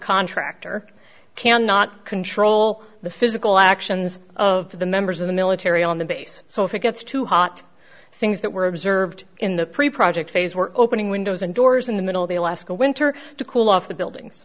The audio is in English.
contractor cannot control the physical actions of the members of the military on the base so if it gets too hot things that were observed in the preprocessor phase were opening windows and doors in the middle of the alaska winter to cool off the buildings